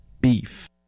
Beef